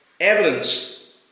Evidence